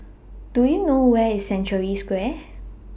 Do YOU know Where IS Century Square